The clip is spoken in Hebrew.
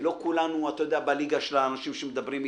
לא כולנו בליגה של האנשים שמדברים אתנו.